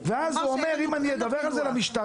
ואז הוא אומר: אם אני אדווח על זה למשטרה,